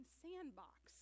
sandbox